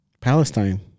Palestine